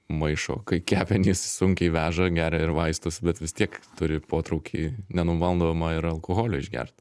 maišo kai kepenys sunkiai veža geria ir vaistus bet vis tiek turi potraukį nenumaldomą ir alkoholio išgert